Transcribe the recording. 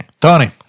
Tony